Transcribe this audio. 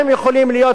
ואיך אומרים,